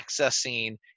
accessing